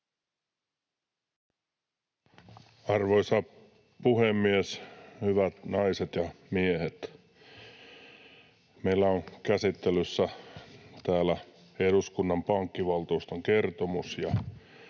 Arvoisa puhemies! Hyvät naiset ja miehet! Meillä on käsittelyssä täällä eduskunnan pankkivaltuuston kertomus,